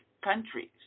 countries